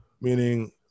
Meaning